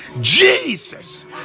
jesus